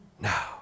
Now